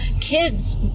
kids